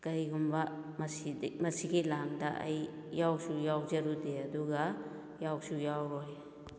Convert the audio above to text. ꯀꯔꯤꯒꯨꯝꯕ ꯃꯁꯤꯗꯤ ꯃꯁꯤꯒꯤ ꯂꯥꯡꯗ ꯑꯩ ꯌꯥꯎꯁꯨ ꯌꯥꯎꯖꯔꯨꯗꯦ ꯑꯗꯨꯒ ꯌꯥꯎꯁꯨ ꯌꯥꯎꯔꯣꯏ